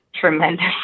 tremendous